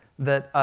that,